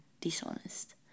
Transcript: dishonest